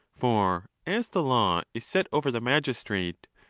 for as the law is set over the magistrate,